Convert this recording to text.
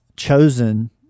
Chosen